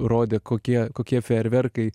rodė kokie kokie fejerverkai